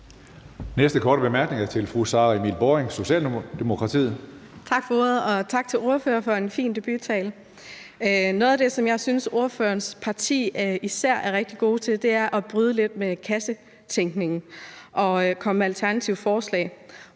Næste korte bemærkning er til fru Sara Emil Baaring, Socialdemokratiet. Kl. 19:47 Sara Emil Baaring (S): Tak for ordet, og tak til ordføreren for en fin debuttale. Noget af det, som jeg synes ordførerens parti især er rigtig gode til, er at bryde lidt med kassetænkningen og komme med alternative forslag